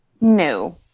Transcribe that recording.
No